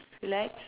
relax